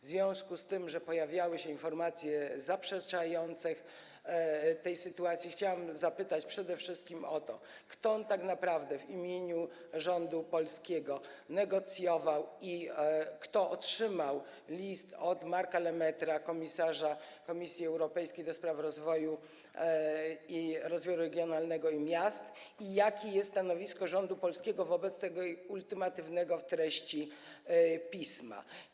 W związku z tym, że pojawiały się informacje zaprzeczające temu, chciałabym zapytać przede wszystkim o to, kto tak naprawdę w imieniu rządu polskiego negocjował i kto otrzymał list od Marka Lemaître’a, komisarza Komisji Europejskiej do spraw rozwoju regionalnego i miast i jakie jest stanowisko rządu polskiego wobec tego ultymatywnego w treści pisma.